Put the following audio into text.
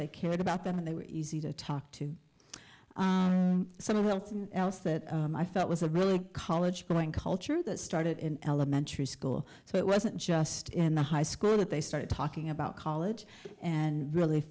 they cared about them and they were easy to talk to some of them that i felt was a really college going culture that started in elementary school so it wasn't just in the high school that they started talking about college and really